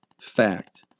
fact